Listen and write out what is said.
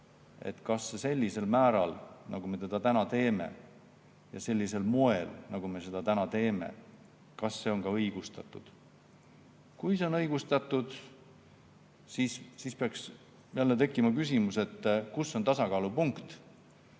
see sellisel määral, nagu me seda teeme, ja sellisel moel, nagu me seda teeme, on õigustatud. Kui see on õigustatud, siis peaks jälle tekkima küsimus, kus on tasakaalupunkt.